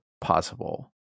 possible